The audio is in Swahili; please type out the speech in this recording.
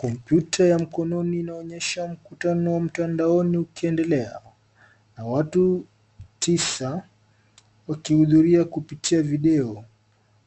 Kompyuta ya mkononi inaonyesha mkutano wa mtandoni ukiendelea na watu tisa wakihudhuria kupitia video.